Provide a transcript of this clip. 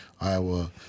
Iowa